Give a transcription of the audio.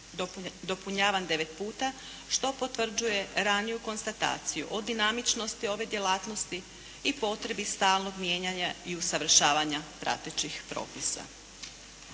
dopunjavan devet puta što potvrđuje raniju konstataciju o dinamičnosti ove djelatnosti i potrebi stalnog mijenjanja i usavršavanja pratećih propisa.